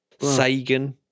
Sagan